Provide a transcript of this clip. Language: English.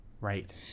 Right